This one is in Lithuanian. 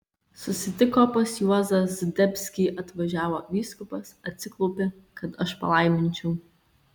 susitiko pas juozą zdebskį atvažiavo vyskupas atsiklaupė kad aš palaiminčiau